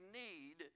need